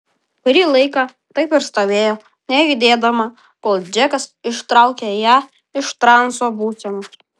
kurį laiką taip ir stovėjo nejudėdama kol džekas ištraukė ją iš transo būsenos